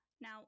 now